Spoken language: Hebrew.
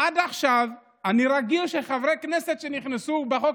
עד עכשיו אני רגיל שחברי כנסת שנכנסו בחוק